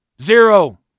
Zero